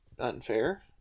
unfair